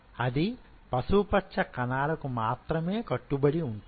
అది పసుపు పచ్చ కణాలకు మాత్రమే కట్టుబడి ఉంటుంది